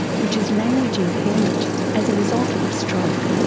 which is language impairment as a result of stroke.